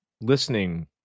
listening